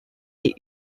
est